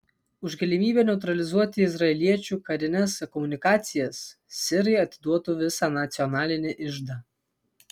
už galimybę neutralizuoti izraeliečių karines komunikacijas sirai atiduotų visą nacionalinį iždą